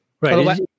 Right